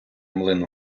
млин